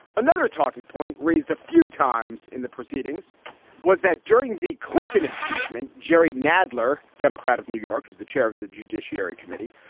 another talking point raised a few times in the proceedings was that during the clinton impeachment, jerry nadler, democrat of new york, who is the chair of the judiciary committee,